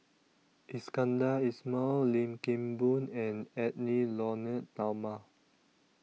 Iskandar Ismail Lim Kim Boon and Edwy Lyonet Talma